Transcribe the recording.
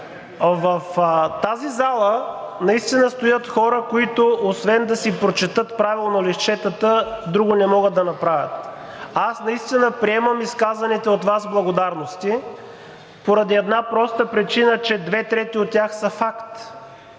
В тази зала наистина стоят хора, които освен да си прочетат правилно листчетата, друго не могат да направят. Аз наистина приемам изказаните от Вас благодарности поради една проста причина – че две трети от тях са факт.